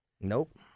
Nope